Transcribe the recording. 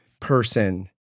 person